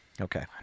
Okay